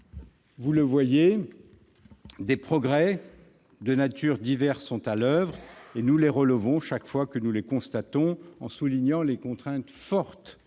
Vous le voyez, des progrès de nature diverse sont à l'oeuvre, et nous les relevons chaque fois que nous les constatons, en soulignant les contraintes fortes